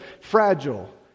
fragile